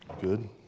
Good